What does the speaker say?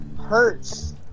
hurts